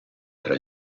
tra